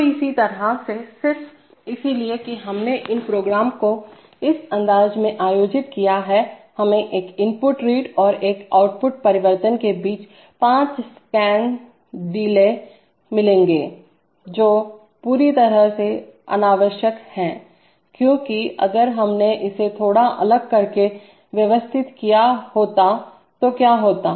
तो इस तरह से सिर्फ इसलिए कि हमने इन प्रोग्राम को इस अंदाज में आयोजित किया हैहमें एक इनपुट रीड और एक आउटपुट परिवर्तन के बीच पांच स्कैन साइकिल डिले से मिलेंगेजो पूरी तरह से अनावश्यक है क्योंकि अगर हमने इसे थोड़ा अलग तरीके से व्यवस्थित करते तो क्या होता